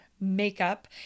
makeup